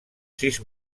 sis